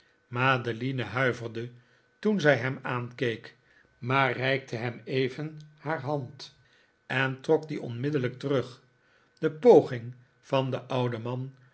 madeline huiverde toen zij hem aankeek maar reikte hem even haar hand en trok die onmiddellijk terug de poging van den ouden man